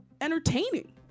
entertaining